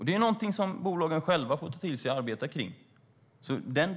Det är något som bolagen själva får ta till sig och arbeta med.